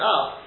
up